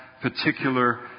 particular